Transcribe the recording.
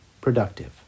productive